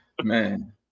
Man